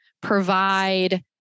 provide